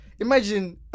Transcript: Imagine